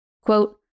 Quote